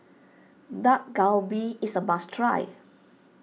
Dak Galbi is a must try